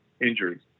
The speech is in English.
injuries